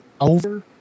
over